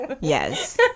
Yes